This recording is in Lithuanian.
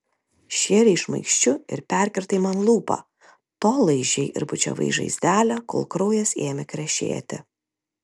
šėrei šmaikščiu ir perkirtai man lūpą tol laižei ir bučiavai žaizdelę kol kraujas ėmė krešėti